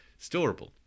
storable